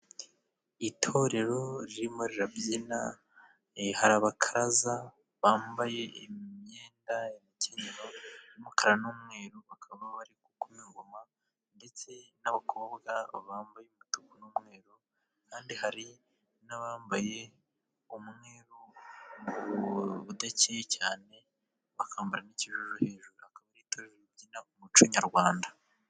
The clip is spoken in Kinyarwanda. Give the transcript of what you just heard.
Itorero ririmo rirabyina, hari abakaraza bambaye imyenda y'imikenyero y'umukara n'umweru, bakaba bari gukoma ingoma ndetse n'abakobwa bambaye umutuku n'umweru, kandi hari n'abambaye umweru udekeye cyane bakambara n'ikijuju hejuru, bakaba ari itorero ribyina umuco nyarwanda.